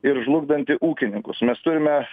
ir žlugdanti ūkininkus mes turime